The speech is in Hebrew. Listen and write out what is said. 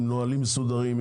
עם נהלים מסודרים,